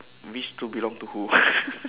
which stool belong to who